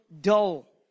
dull